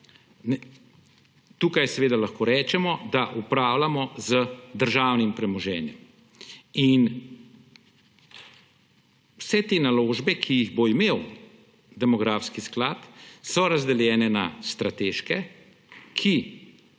Tukaj seveda lahko rečemo, da upravljamo z državnim premoženjem. In vse te naložbe, ki jih bo imel demografski sklad, so razdeljene na strateške, ki